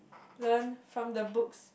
learned from the books